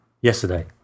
yesterday